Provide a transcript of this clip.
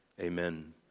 Amen